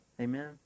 Amen